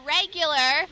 regular